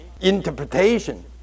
interpretation